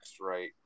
right